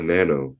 Nano